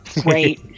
Great